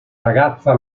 ragazza